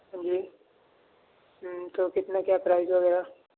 جی ہوں تو کتنے کا ہے پرائز وغیرہ